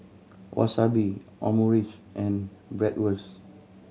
Wasabi Omurice and Bratwurst